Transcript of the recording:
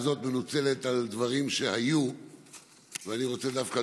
שמזהה תהליכים, אולי תלך